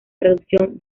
traducción